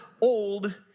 old